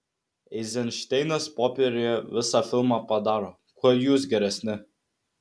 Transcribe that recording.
eizenšteinas popieriuje visą filmą padaro kuo jūs geresni